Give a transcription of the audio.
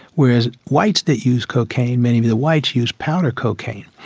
whereas whites that used cocaine, many of the whites used powder cocaine.